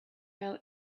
fell